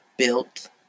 built